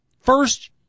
First